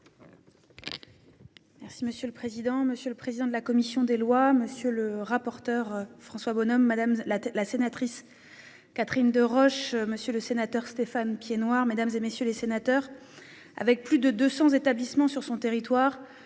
Merci monsieur le président, monsieur le président de la commission des lois. Monsieur le rapporteur François Bonhomme madame la la sénatrice. Catherine Deroche. Monsieur le sénateur Stéphane Piednoir mesdames et messieurs les sénateurs. Avec plus de 200 établissements sur son territoire.